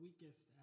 weakest